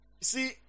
see